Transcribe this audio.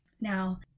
now